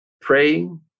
praying